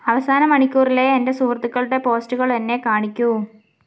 അവസാന മണിക്കൂറിലെ എന്റെ സുഹൃത്തുക്കളുടെ പോസ്റ്റുകൾ എന്നെ കാണിക്കൂ